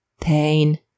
Pain